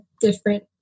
different